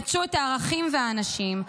נטשו את הערכים והאנשים,